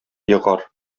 егар